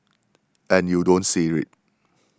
and you don't see